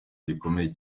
gikomeye